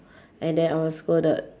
and then I was scolded